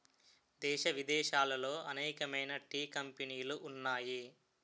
దేశ విదేశాలలో అనేకమైన టీ కంపెనీలు ఉన్నాయి